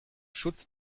schutz